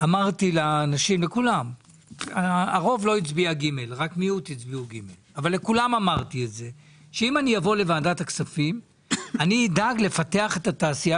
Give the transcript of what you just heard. אמרתי שאם אני אהיה יושב ראש ועדת הכספים אני אדאג לפתח את התעשייה